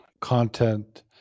content